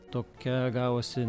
tokia gavosi